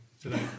today